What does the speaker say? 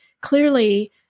clearly